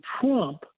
Trump